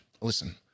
Listen